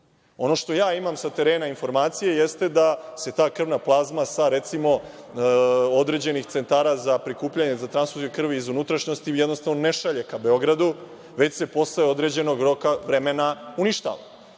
što ja imam sa terena informacije jeste da se ta krvna plazma sa određenih centara za prikupljanje za transfuziju krvi iz unutrašnjosti jednostavno ne šalje ka Beogradu, već se posle određenog roka, vremena uništava.